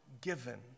given